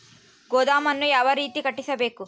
ಗೋದಾಮನ್ನು ಯಾವ ರೇತಿ ಕಟ್ಟಿಸಬೇಕು?